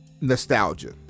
nostalgia